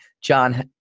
John